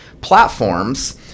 platforms